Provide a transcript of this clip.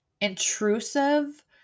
intrusive